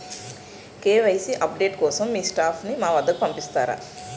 KYC update కోసం మీ staff ని మా వద్దకు పంపిస్తారా?